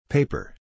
Paper